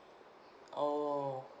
oh